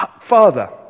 father